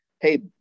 hey